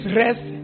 rest